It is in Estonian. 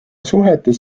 suhetes